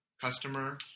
customer